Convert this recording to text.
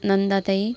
Nandatai